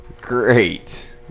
great